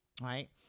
right